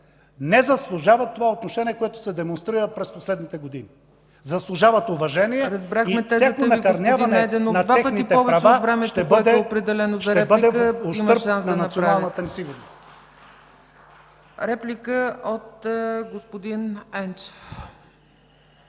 не заслужават отношението, което се демонстрира през последните години, а заслужават уважение и всяко накърняване на техните права ще бъде в ущърб на националната ни сигурност.